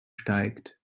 steigt